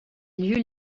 lieu